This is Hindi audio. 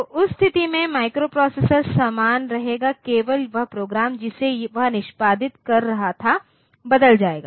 तो उस स्थिति में माइक्रोप्रोसेसर समान रहेगा केवल वह प्रोग्राम जिसे वह निष्पादित कर रहा था बदल जाएगा